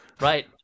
Right